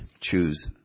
choose